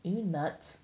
are you nuts